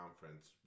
conference